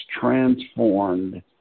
transformed